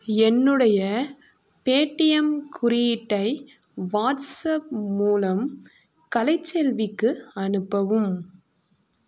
என்னுடைய பேடிஎம் குறியீட்டை வாட்ஸ்அப் மூலம் கலைச்செல்விக்கு அனுப்பவும்